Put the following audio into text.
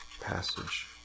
passage